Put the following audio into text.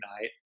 night